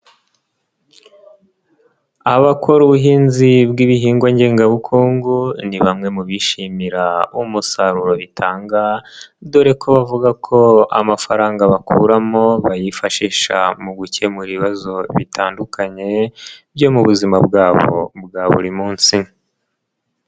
Abakora ubuhinzi bw'ibihingwa ngengabukungu, ni bamwe mu bishimira umusaruro bi dore ko bavuga ko amafaranga bakuramo bayifashisha mu gukemura ibibazo bitandukanye byo mu buzima bwabo bwa buri munsi.